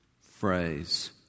phrase